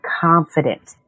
confident